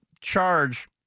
charge